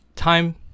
time